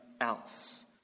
else